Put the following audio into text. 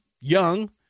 young